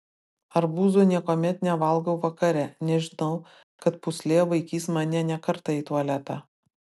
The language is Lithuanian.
arbūzų niekuomet nevalgau vakare nes žinau kad pūslė vaikys mane ne kartą į tualetą